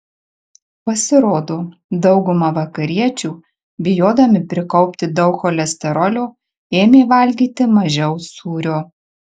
pasirodo dauguma vakariečių bijodami prikaupti daug cholesterolio ėmė valgyti mažiau sūrio